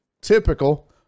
Typical